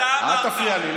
אל תפריע לי.